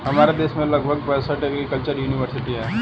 हमारे देश में लगभग पैंसठ एग्रीकल्चर युनिवर्सिटी है